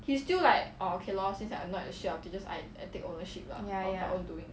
ya ya